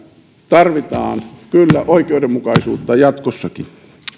tarvitaan kyllä oikeudenmukaisuutta jatkossakin